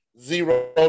Zero